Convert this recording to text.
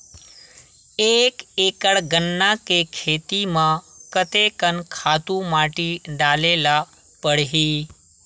एक एकड़ गन्ना के खेती म कते कन खातु माटी डाले ल पड़ही?